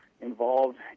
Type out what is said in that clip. involved